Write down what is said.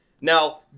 Now